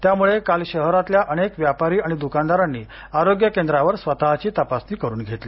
त्यामुळे काल शहरातल्या अनेक व्यापारी आणि दुकानदारांनी आरोग्य केंद्रावर स्वतःची तपासणी करून घेतली